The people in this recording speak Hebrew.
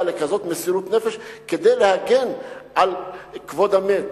לכזאת מסירות נפש כדי להגן על כבוד המת?